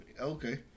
Okay